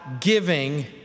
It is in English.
giving